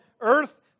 earth